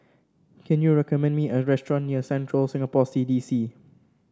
can you recommend me a restaurant near Central Singapore C D C